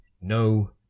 No